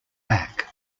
back